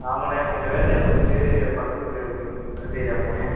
ஆமாண்ணே கொஞ்சம் வேலையாக போச்சு பக்கத்து பக்கத்து ஏரியாவுக்கு போனேன்